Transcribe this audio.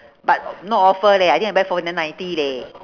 but no offer leh I think I buy for nine ninety leh